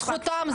זכותם.